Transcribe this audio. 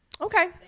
Okay